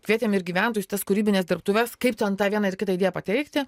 kvietėm ir gyventojus tas kūrybines dirbtuves kaip ten tą vieną ar kitą idėją pateikti